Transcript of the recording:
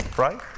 right